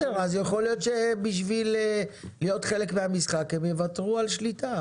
יכול להיות שכדי להיות חלק מהמשחק הם יוותרו על שליטה.